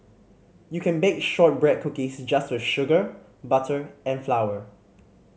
you can bake shortbread cookies just with sugar butter and flower